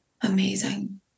Amazing